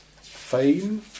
fame